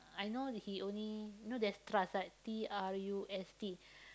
I know he only you know there's trust right T R U S T